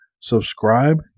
Subscribe